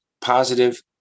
positive